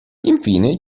infine